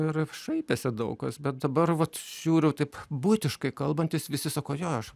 ir šaipėsi daug kas bet dabar vat žiūriu taip buitiškai kalbantis visi sako jo aš